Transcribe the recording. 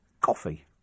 coffee